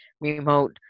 remote